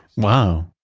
wow,